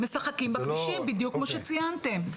הם משחקים בכבישים בדיוק כמו שציינתם.